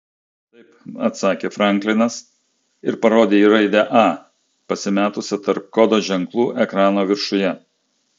taip atsakė franklinas ir parodė į raidę a pasimetusią tarp kodo ženklų ekrano viršuje